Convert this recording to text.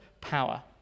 power